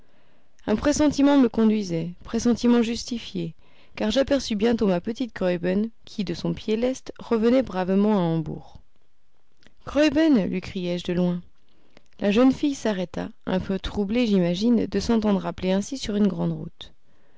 un pressentiment me conduisait pressentiment justifié car j'aperçus bientôt ma petite graüben qui de son pied leste revenait bravement à hambourg graüben lui criai-je de loin la jeune fille s'arrêta un peu troublée j'imagine de s'entendre appeler ainsi sur une grande route